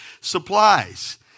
supplies